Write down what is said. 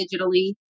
digitally